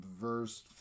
Verse